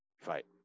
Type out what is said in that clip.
fight